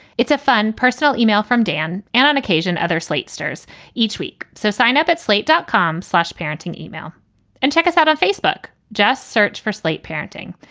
it's a fun personal email from dan and on occasion, other slate stars each week. so sign up at slate dot com slash parenting e-mail and check us out on facebook. just search for slate parenting.